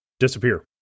Disappear